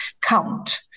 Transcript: count